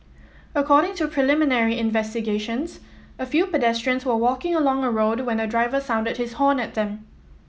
according to preliminary investigations a few pedestrians were walking along a road when a driver sounded his horn at them